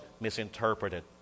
misinterpreted